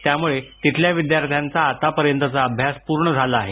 त्यामुळे तिथल्या विद्यार्थ्यांचा आतापर्यंतचा अभ्यास पूर्ण झाला आहे